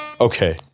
okay